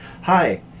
Hi